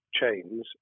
chains